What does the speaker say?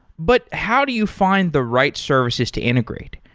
but how do you find the right services to integrate?